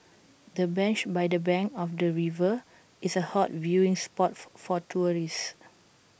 the bench by the bank of the river is A hot viewing spot for tourists